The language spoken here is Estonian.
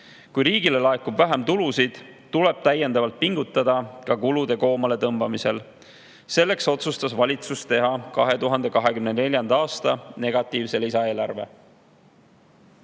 Kui riigile laekub vähem tulusid, tuleb täiendavalt pingutada ka kulude koomaletõmbamisel. Selleks otsustas valitsus teha 2024. aasta negatiivse lisaeelarve.